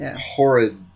horrid